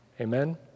Amen